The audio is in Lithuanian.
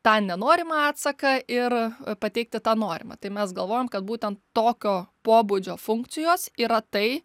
tą nenorimą atsaką ir pateikti tą norimą tai mes galvojam kad būten tokio pobūdžio funkcijos yra tai